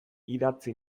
idatzi